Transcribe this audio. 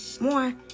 more